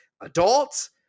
adults